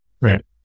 Right